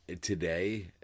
today